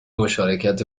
مشارکت